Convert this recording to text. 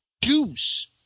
Deuce